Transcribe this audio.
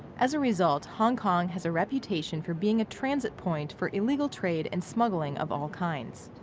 as a result hong kong has a reputation for being a transit point for illegal trade and smuggling of all kinds.